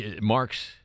marks